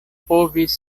povis